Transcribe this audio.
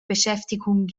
beschäftigung